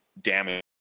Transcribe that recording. damage